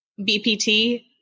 BPT